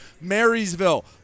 Marysville